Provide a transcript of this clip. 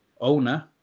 owner